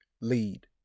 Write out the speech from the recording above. lead